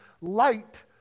light